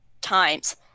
times